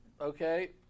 okay